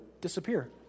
disappear